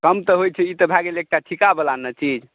कम तऽ होइत छै ई तऽ भए गेल एकटा ठीकाबला ने चीज